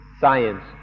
science